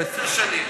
עשר שנים.